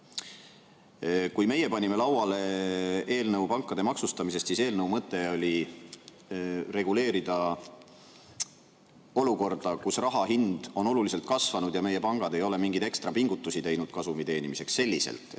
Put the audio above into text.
Kui meie panime lauale eelnõu pankade maksustamise kohta, siis eelnõu mõte oli reguleerida olukorda, kus raha hind on oluliselt kasvanud ja meie pangad ei ole mingeid ekstra pingutusi teinud kasumi teenimiseks, selliselt,